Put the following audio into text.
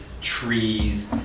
trees